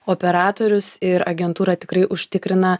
operatorius ir agentūra tikrai užtikrina